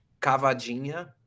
cavadinha